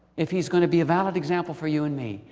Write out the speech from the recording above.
if he's going to be a valid example for you and me,